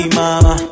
mama